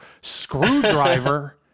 screwdriver